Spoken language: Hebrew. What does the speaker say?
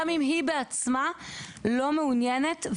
גם אם היא בעצמה לא מעוניינת.